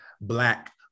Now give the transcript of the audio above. black